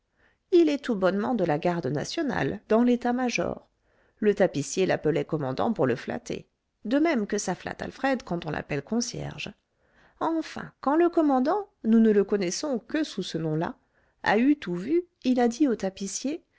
il est tout bonnement de la garde nationale dans l'état-major le tapissier l'appelait commandant pour le flatter de même que ça flatte alfred quand on l'appelle concierge enfin quand le commandant nous ne le connaissons que sous ce nom-là a eu tout vu il a dit au tapissier